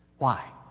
why?